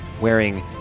wearing